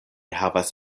havas